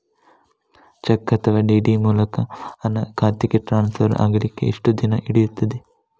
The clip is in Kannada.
ಚೆಕ್ ಅಥವಾ ಡಿ.ಡಿ ಮೂಲಕ ಹಣ ಖಾತೆಗೆ ಟ್ರಾನ್ಸ್ಫರ್ ಆಗಲಿಕ್ಕೆ ಎಷ್ಟು ದಿನ ಹಿಡಿಯುತ್ತದೆ?